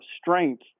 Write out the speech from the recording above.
strength